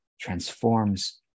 transforms